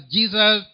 Jesus